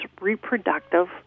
reproductive